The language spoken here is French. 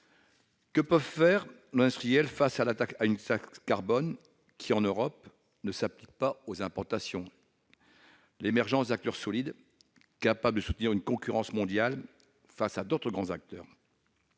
Que peuvent faire nos industriels face à une taxe carbone qui, en Europe, ne s'applique pas aux importations ? L'émergence d'acteurs solides, capables de soutenir une concurrence mondiale face à d'autres grands acteurs,